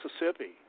Mississippi